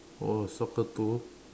oh soccer too